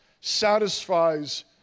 satisfies